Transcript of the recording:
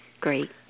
Great